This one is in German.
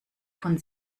von